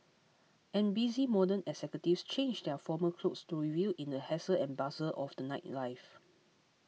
and busy modern executives change their formal clothes to revel in the hustle and bustle of the nightlife